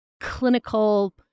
clinical